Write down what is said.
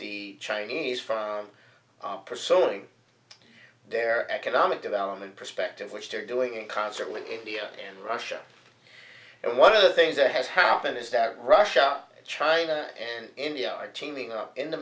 the chinese from pursuing their economic development perspective which they're doing in concert with india and russia and one of the things that has happened is that russia china and india are teaming up in the